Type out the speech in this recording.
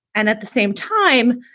and at the same time,